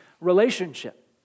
relationship